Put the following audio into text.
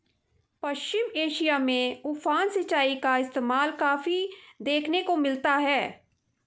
पश्चिम Asia में उफान सिंचाई का इस्तेमाल काफी देखने को मिलता है